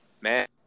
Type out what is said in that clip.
Man